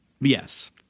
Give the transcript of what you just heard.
yes